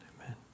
Amen